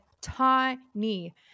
tiny